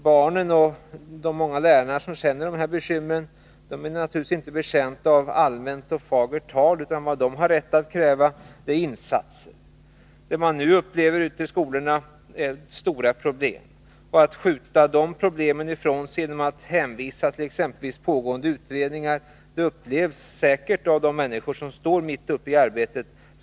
Barnen och de många lärarna som känner till de här bekymren är naturligtvis inte betjänta av allmänt och fagert tal, utan de har rätt att kräva insatser. Man upplever ute i skolorna stora problem, och om riksdagen skjuter de problemen ifrån sig genom att hänvisa till exempelvis pågående utredning, upplevs det säkert såsom cyniskt av de människor som står mitt uppe i arbetet.